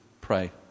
pray